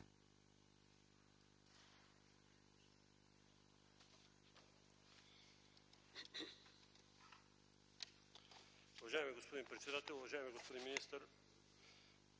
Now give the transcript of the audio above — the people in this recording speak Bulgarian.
Уважаеми господин председател, уважаеми господин министър,